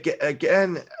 Again